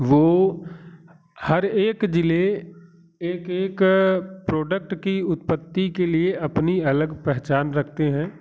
वो हर एक ज़िले एक एक प्रोडक्ट की उत्पत्ति के लिए अपनी अलग पहचान रखते हैं